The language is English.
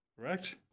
Correct